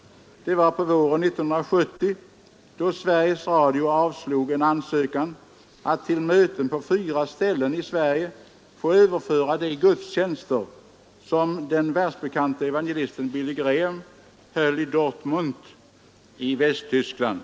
Det var på våren 1970 då Sveriges Radio avslog en ansökan att till möten på fyra ställen i Sverige få överföra de gudstjänster som den världsbekante evangelisten Billy Graham höll i Dortmund i Västtyskland.